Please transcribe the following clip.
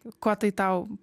kuo tai tau